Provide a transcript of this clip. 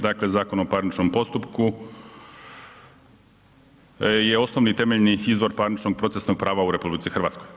Dakle, Zakon o parničnom postupku je osnovni temeljni izvor parničnog procesnog prava u RH.